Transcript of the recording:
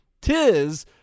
tis